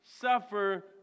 suffer